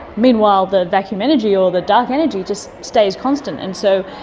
meanwhile, the vacuum energy or the dark energy just stays constant. and so,